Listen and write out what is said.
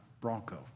Bronco